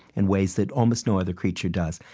in ways that almost no other creature does.